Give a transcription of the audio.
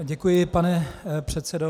Děkuji, pane předsedo.